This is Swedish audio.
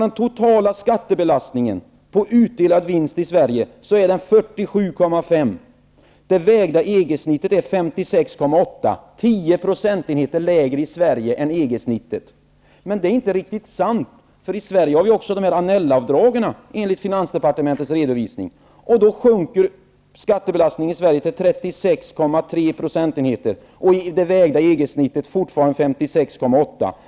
Den totala skattebelastningen på utdelad vinst i Sverige är Skattebelastningen är tio procentenheter lägre i Sverige än genomsnittet i EG. Men det är inte riktigt sant eftersom vi i Sverige också har dessa Annellavdrag enligt finansdepartementets redovisning. Då sjunker skattebelastningen i Sverige till 36,3 %. Det vägda EG-snittet är fortfarande 56,8 %.